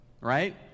Right